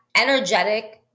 energetic